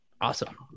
Awesome